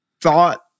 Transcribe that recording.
thought